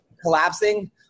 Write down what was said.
collapsing